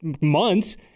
Months